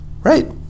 right